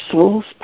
soul's